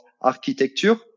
architecture